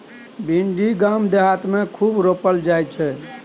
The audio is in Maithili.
भिंडी गाम देहात मे खूब रोपल जाई छै